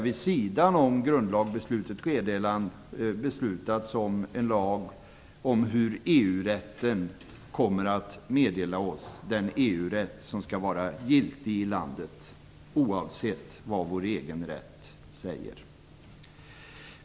Vid sidan av grundlagsbeslutet har det redan beslutats om en lag om hur EU-rätten, den EU-rätt som skall vara giltig i landet oavsett vad vår egen rätt säger, kommer att meddelas oss.